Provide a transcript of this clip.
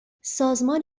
سازمان